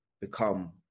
become